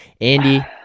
andy